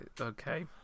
Okay